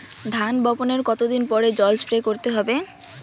ধান বপনের কতদিন পরে জল স্প্রে করতে হবে?